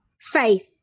faith